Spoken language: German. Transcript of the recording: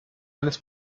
eines